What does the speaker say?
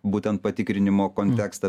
būtent patikrinimo kontekstą